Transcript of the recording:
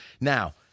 Now